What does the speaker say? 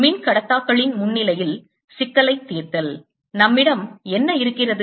மின்கடத்தாக்களின் முன்னிலையில் சிக்கலைத் தீர்த்தல் நம்மிடம் என்ன இருக்கிறது